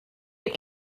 get